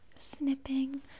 snipping